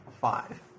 Five